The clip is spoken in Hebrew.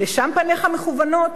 לשם פניך מכוונות?